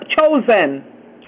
chosen